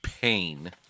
pain